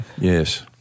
yes